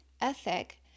ethic